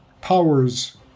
powers